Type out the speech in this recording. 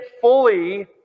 fully